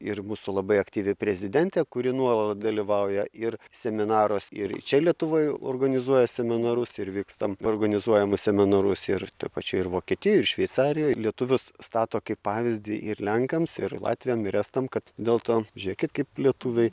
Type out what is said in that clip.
ir mūsų labai aktyvi prezidentė kuri nuolat dalyvauja ir seminaruos ir čia lietuvoj organizuoja seminarus ir vykstam organizuojamus seminarus ir toj pačioj ir vokietijoj ir šveicarijoj lietuvius stato kaip pavyzdį ir lenkams ir latviam ir estam kad dėl to žiūrėkit kaip lietuviai